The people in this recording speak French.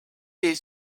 des